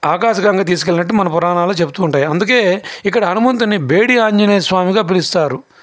ఆకాశగంగా తీసుకెళ్ళినట్టు మన పురాతనలో చెప్తుంటాయి అందుకే ఇక్కడ అనుమంతుని బేడి ఆంజనేయస్వామిగా పిలుస్తారు